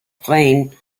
plain